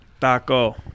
taco